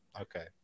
Okay